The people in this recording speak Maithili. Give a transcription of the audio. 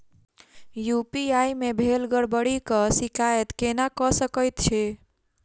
यु.पी.आई मे भेल गड़बड़ीक शिकायत केना कऽ सकैत छी?